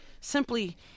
simply